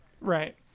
Right